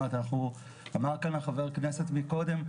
אמר כאן חבר הכנסת מקודם,